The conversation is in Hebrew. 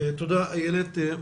תודה אילת.